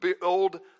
build